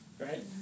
right